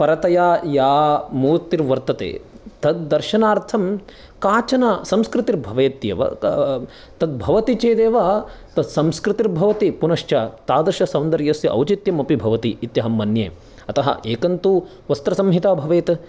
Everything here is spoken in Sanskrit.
परतया या मूर्तिर्वर्तते तद् दर्शनार्थं काचन संस्कृतिर्भवत्येव तद् भवति चेदेव तद् संस्कृतिर्भवति पुनश्च तादृश सौन्दर्यस्य औचित्यमपि भवति इत्यहं मन्ये अतः एकं तु वस्त्रसंहिता भवेत्